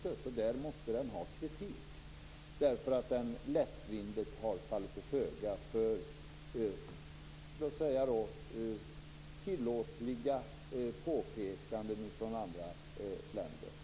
Regeringen måste kritiseras därför att den så lättvindigt har fallit till föga för tillåtliga påpekanden från andra länder.